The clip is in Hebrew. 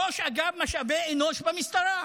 ראש אגף משאבי אנוש במשטרה.